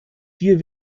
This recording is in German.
dir